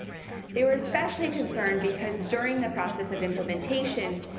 they were especially concerned because during the process of implementation,